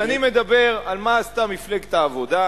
אז אני מדבר על מה עשתה מפלגת העבודה,